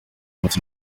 munsi